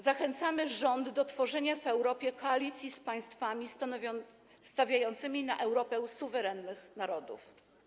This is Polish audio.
Zachęcamy rząd do tworzenia w Europie koalicji z państwami stawiającymi na Europę suwerennych narodów.